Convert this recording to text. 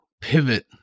pivot